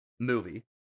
movie